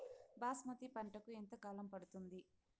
బాస్మతి పంటకు ఎంత కాలం పడుతుంది?